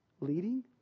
Leading